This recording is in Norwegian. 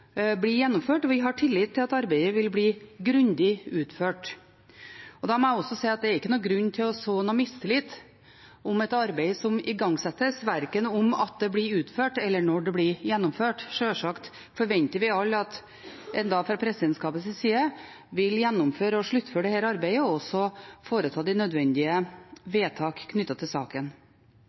blir gjennomført, og vi har tillit til at det vil bli grundig utført. Jeg må også si at det ikke er noen grunn til å så mistillit om det arbeidet som igangsettes – verken om det blir utført, eller når det blir gjennomført. Sjølsagt forventer vi alle at en fra presidentskapets side vil gjennomføre og sluttføre dette arbeidet og også foreta de nødvendige vedtakene knyttet til saken.